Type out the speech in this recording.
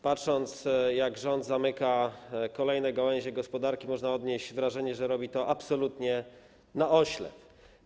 Patrząc, jak rząd zamyka kolejne gałęzie gospodarki, można odnieść wrażenie, że robi to absolutnie na oślep.